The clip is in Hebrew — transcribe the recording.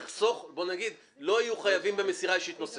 אנחנו לא יכולים לפעול בשביל החודשיים הנוספים על הדרישה הקודמת.